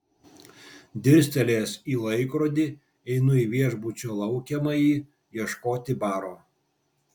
dirstelėjęs į laikrodį einu į viešbučio laukiamąjį ieškoti baro